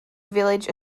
village